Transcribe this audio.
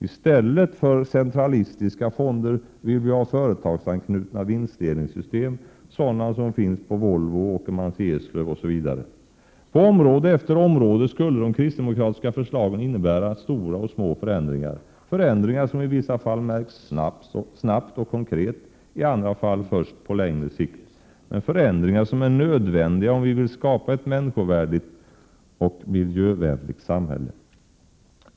I stället för centralistiska fonder vill vi ha företagsanknutna vinstdelningssystem, sådana som finns på Volvo, Åkermans i Eslöv osv. På område efter område skulle de kristdemokratiska förslagen innebära stora och små förändringar, som i vissa fall märks snabbt och konkret, i andra fall först på längre sikt — det gäller förändringar som är nödvändiga om vi vill skapa ett människovärdigt och miljövänligt samhälle.